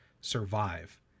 survive